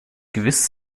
gewiss